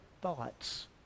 thoughts